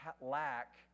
lack